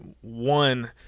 one